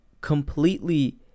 completely